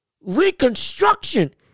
reconstruction